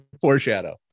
foreshadow